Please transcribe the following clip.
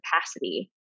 capacity